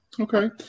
Okay